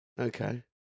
Okay